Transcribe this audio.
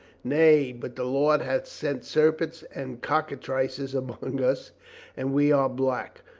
nay, but the lord hath sent serpents and cockatrices among us and we are black,